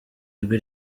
ijwi